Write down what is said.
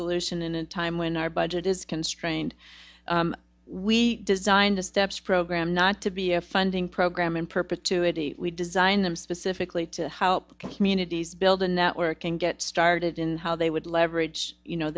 solution in a time when our budget is constrained we designed the steps program not to be a funding program in perpetuity we designed them specifically to how communities build a network and get started in how they would leverage you know